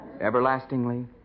everlastingly